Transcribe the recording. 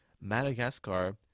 Madagascar